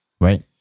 Right